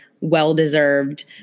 Well-deserved